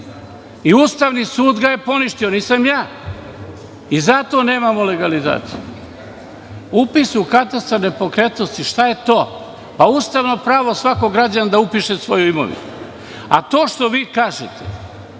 i Ustavni sud ga je poništio, nisam ja i zato nemamo legalizaciju. Upis u Katastar nepokretnosti, šta je to? Ustavno pravo svakog građanina da upiše svoju imovinu. To što vi kažete